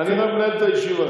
אני רק מנהל את הישיבה.